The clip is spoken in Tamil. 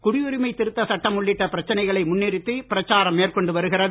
குடியுரிமை திருத்த சட்டம் உள்ளிட்ட பிரச்சனைகளை திமுக முன்னிறுத்தி பிரச்சாரம் மேற்கொண்டு வருகிறது